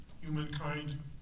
humankind